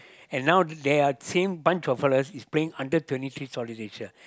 and now they are same bunch of fellas is playing under twenty three Southeast Asia